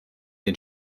den